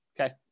okay